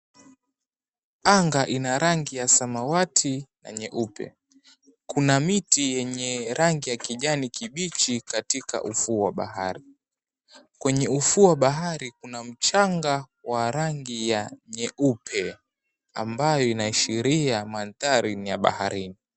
Anga ina rangi ya samawati na nyeupe. Kuna miti yenye rangi ya kijani kibichi katika ufuo wa bahari. Kwenye ufuo wa bahari kuna mchanga wa rangi ya nyeupe, ambayo inaashiria mandhari ni ya baharini.